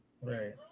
Right